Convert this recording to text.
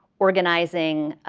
organizing